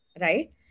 right